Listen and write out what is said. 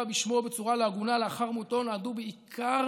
בשמו בצורה לא הגונה לאחר מותו נועדו בעיקר